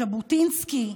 ז'בוטינסקי,